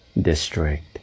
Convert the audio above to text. District